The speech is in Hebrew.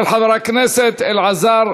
של חבר הכנסת אלעזר